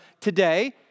today